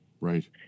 Right